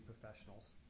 professionals